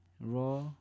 raw